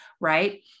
right